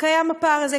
קיים הפער הזה,